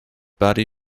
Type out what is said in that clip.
body